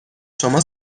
شما